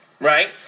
Right